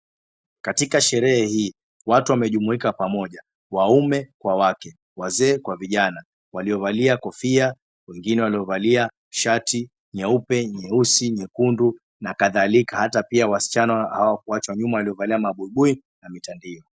Katika sherehe hii watu wamejumuika pamoja, waume kwa wake, wazee kwa vijana waliovalia kofia, wengine waliovalia shati nyeupe, nyeusi, nyekundu na kadhalika. Hata pia wasichana hawakuachwa nyuma waliovalia mabuibui na mitandio.